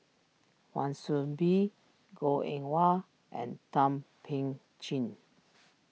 Wan Soon Bee Goh Eng Wah and Thum Ping Tjin